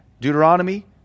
Deuteronomy